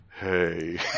Hey